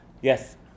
Yes